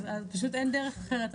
פשוט אין דרך אחרת.